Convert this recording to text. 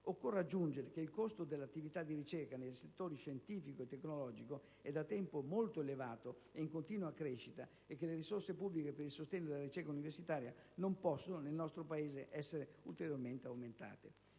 Occorre aggiungere che il costo dell'attività di ricerca nei settori scientifico e tecnologico è da tempo molto elevato e in continua crescita e che le risorse pubbliche per il sostegno della ricerca universitaria non possono nel nostro Paese essere ulteriormente aumentate.